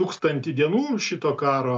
tūkstantį dienų šito karo